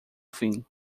fim